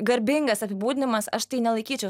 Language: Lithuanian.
garbingas apibūdinimas aš tai nelaikyčiau